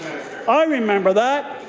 i remember that.